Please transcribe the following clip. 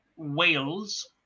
Wales